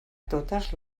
totes